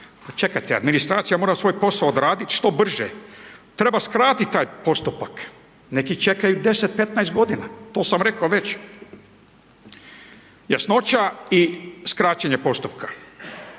čekajte, administracija mora svoj posao odradit što brže, treba skratit taj postupak, neki čekaju 10, 15 godina, to sam rekao već, jasnoća i skraćenje postupka.